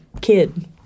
kid